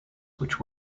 which